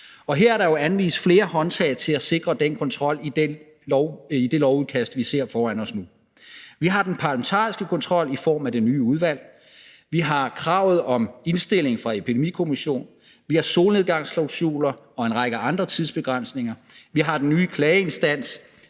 der er jo anvist flere håndtag til at sikre den kontrol i det lovudkast, vi ser foran os nu. Vi har den parlamentariske kontrol i form af det nye udvalg; vi har kravet om indstilling fra epidemikommissionen; vi har solnedgangsklausuler og en række andre tidsbegrænsninger; vi har den nye klageinstans;